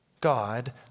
God